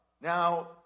now